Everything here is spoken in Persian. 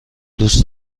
دوست